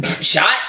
Shot